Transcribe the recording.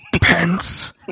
Pence